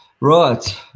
right